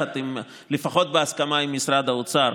לפחות בהסכמה עם משרד האוצר.